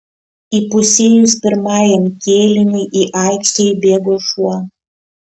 įpusėjus pirmajam kėliniui į aikštę įbėgo šuo